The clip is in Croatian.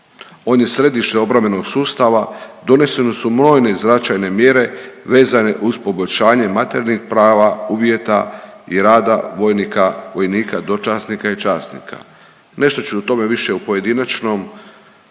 On je središte obrambenog sustava, donesene su brojne značajne mjere vezane uz poboljšanje materijalnih prava, uvjeta i rada vojnika, vojnika, dočasnika i časnika. Nešto ću o tome više u pojedinačnom